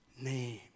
name